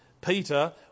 Peter